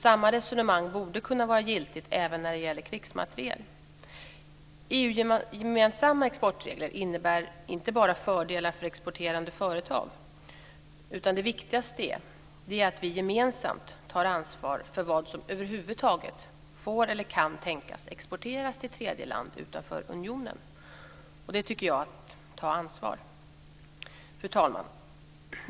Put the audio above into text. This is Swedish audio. Samma resonemang borde kunna vara giltigt även när det gäller krigsmateriel. EU-gemensamma exportregler innebär inte bara fördelar för exporterande företag. Det viktigaste är att vi gemensamt tar ansvar för vad som över huvud taget får eller kan tänkas exporteras till tredjeland utanför unionen. Det tycker jag är att ta ansvar. Fru talman!